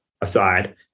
aside